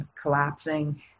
collapsing